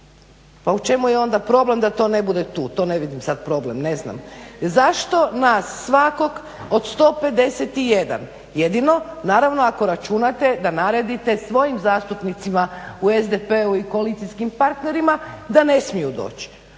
pa u čemu je onda problem da to ne bude tu, to ne vidim sada problem, ne znam. Zašto nas svakog od 151 jedino, naravno ako računate da naredite svojim zastupnicima u SDP-u i koalicijskim partnerima da ne smiju doći